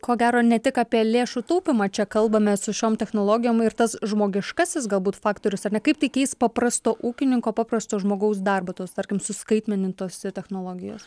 ko gero ne tik apie lėšų taupymą čia kalbame su šiom technologijom ir tas žmogiškasis galbūt faktorius ar ne kaip tai keis paprasto ūkininko paprasto žmogaus darbą tos tarkim suskaitmenintos technologijos